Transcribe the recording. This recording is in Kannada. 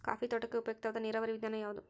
ಕಾಫಿ ತೋಟಕ್ಕೆ ಉಪಯುಕ್ತವಾದ ನೇರಾವರಿ ವಿಧಾನ ಯಾವುದು?